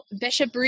Bishop